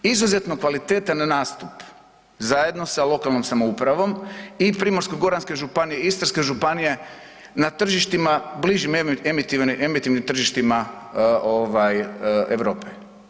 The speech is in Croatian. Izuzetno kvalitetan nastup zajedno sa lokalnom samoupravom i Primorsko-goranske županije i Istarske županije na tržištima bližim emitivnim tržištima ovaj Europe.